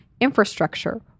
infrastructure